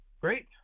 Great